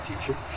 teacher